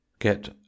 get